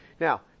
Now